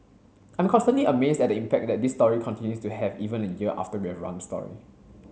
I'm constantly amazed at the impact that this story continues to have even a year after we've run the story